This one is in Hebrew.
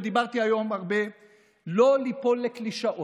ודיברתי היום הרבה, ליפול לקלישאות.